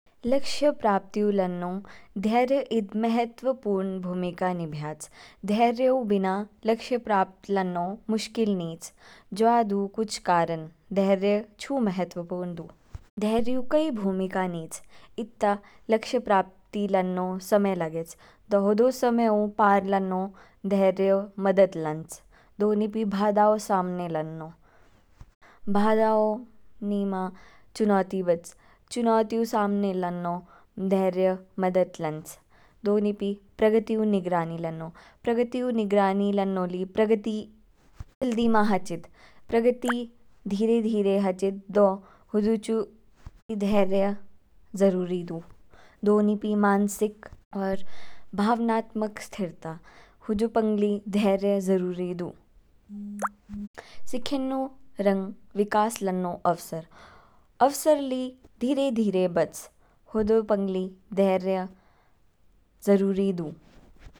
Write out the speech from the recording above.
लक्ष्य प्राप्तियोंऊ लनों धैर्य इद महत्वपूर्ण भूमिका निभ्याच। धैर्यऊ बिना लक्ष्यऊ प्राप्त लनों मुश्किल नीच। जवादू कुछ कारण धैर्यऊ चू महत्वपूर्ण दू, धैर्यऊ कई भूमिका नीच। इ ता लक्ष्य प्राप्ति लनों समय लानच। दो हो दो समयों पार लनों धैर्यऊ मदद लानच। दो निपी बादाऊ सामने लनों। बादाऊ नीमा चुनौती बच। चुनौतियों सामना लनों, धैर्य मदद लानच। दो निपी प्रगतियों निग्रानी लनों, प्रगतियों निग्रानी लनों ली, प्रगतियों जल्दी मा हाचिद, प्रगति धीरे-धीरे हाचिद। दो होदोचु धैर्य जरूरी दू। दो निपी मानसिक और भावनात्मक स्थिरता, हजू पंग ली धैर्य जरूरी दू। सिखनों रंग विकास लानों अफसर। अफसर ली धीरे-धीरे बच, होदो पंग ली धैर्य जरूरी दू।